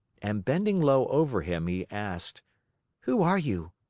and bending low over him, he asked who are you?